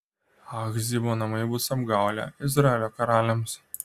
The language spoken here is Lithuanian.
achzibo namai bus apgaulė izraelio karaliams